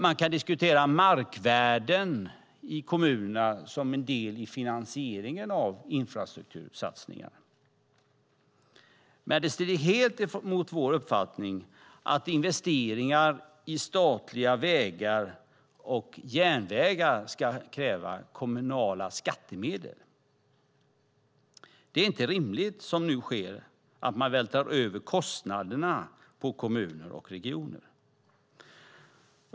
Man kan diskutera markvärden i kommunerna som en del i finansieringen av infrastruktursatsningarna. Det strider helt mot vår uppfattning att investeringar i statliga vägar och järnvägar ska kräva kommunala skattemedel. Det är inte rimligt, som nu sker, att man vältrar över kostnaderna på kommuner och regioner.